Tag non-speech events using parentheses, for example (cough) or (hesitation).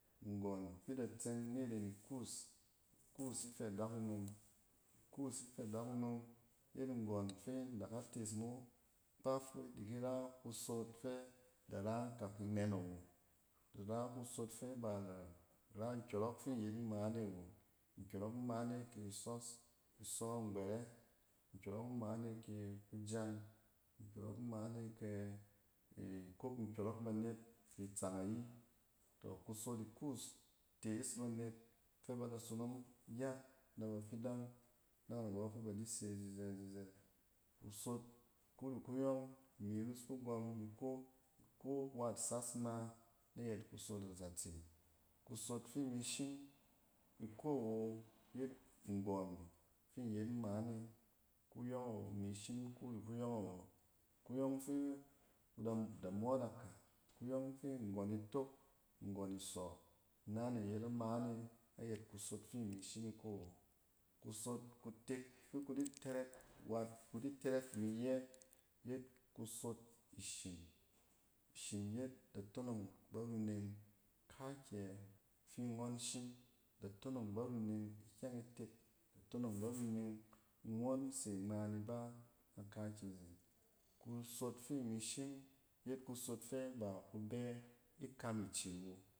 Nggↄ fi ida tseng ni ren ikuus, ikuus ifɛ dakunom kuus ifɛ dakunom yet nggↄn fi in da ka tees mo kpaf fi idi ki ra ku of fɛ da ra akak inɛn awo. Dara kasot fɛ ba da ra nkyↄrↄk fi in yet nmaane awo. Nkyↄrↄk nmaane kɛ isↄs, isↄ ngbɛrɛ, nkyↄrↄk nmaane kɛ kujang, nkyↄrↄk nmaane kɛ (hesitation) ikok nkyↄrↄk banet kit sang ayi. Tↄ kus of ikuus tees banet fɛ ba da sonong gyat nabafidang na ro fɛ ba di se zizɛt-zizɛt. Kus of kuri kuyↄng, imi rus kugↄm ni iko. Iko wat sas ngma na yɛt kusof a zatse. Kusof fi imi shim iko wo yet nggↄn fi in yet nmaane. kuyↄng imi shim kuri kuyↄng awo. kuyↄng fi ku da da moof akak. kuyↄng fi nggↄn itok, nggↄn isↄ, ina ne yet amaane ayɛ kusof fi imi shim iko wo. Kusof katek fi ku di tɛrɛk, wat ku di tɛrɛk imi iyɛ yet kusof ishim. I shim yet da tonong barunneng kankyɛ fi ngↄn shim da tonong bɛrenneng ikyɛng itek, da tonong barunneng ngↄn se ngma nib a na kaakyɛ izen. Kusof fi imi yet kusof fɛ ba ku bɛ ikam ke awo.